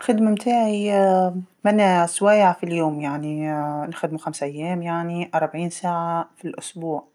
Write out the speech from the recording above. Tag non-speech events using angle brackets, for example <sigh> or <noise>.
الخدمه متاعي <hesitation> ثمن سوايع في اليوم يعني <hesitation> نخدمو خمس ايام يعني أربعين ساعه في الأسبوع،